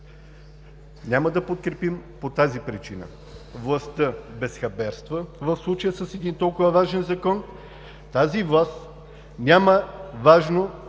Няма да подкрепим по тази причина. Властта безхаберства в случая с един толкова важен Закон. Тази власт няма важно